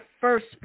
first